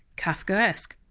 kafkaesque.